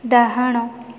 ଡାହାଣ